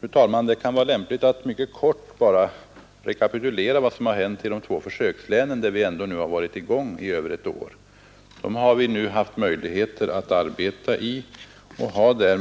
Fru talman! Det kan vara lämpligt att bara helt kort rekapitulera vad som har hänt i de två försökslän där vi nu ändå har arbetat med detta i mer än ett år. Vi har därigenom